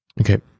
Okay